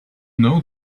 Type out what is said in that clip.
know